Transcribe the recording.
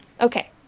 okay